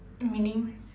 meaning